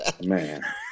Man